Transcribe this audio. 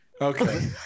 Okay